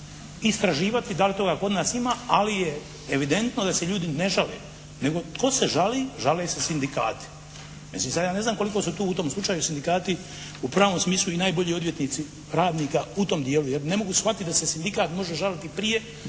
istraživati da li toga kod nas ima, ali je evidentno da se ljudi ne žale, nego tko se žali? Žale se sindikati. Mislim, sad ja ne znam koliko su tu u tom slučaju sindikati u pravom smislu i najbolji odvjetnici radnika u tom dijelu jer ne mogu shvatiti da se sindikat može žaliti prije